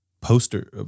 poster